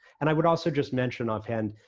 and i would also just mention offhand,